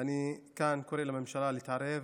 ואני כאן קורא לממשלה להתערב